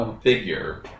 figure